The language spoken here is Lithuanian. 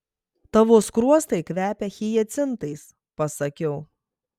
tavo skruostai kvepia hiacintais pasakiau